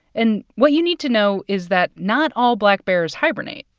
and what you need to know is that not all black bears hibernate.